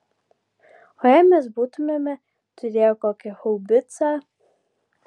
o jei mes būtumėme turėję kokią haubicą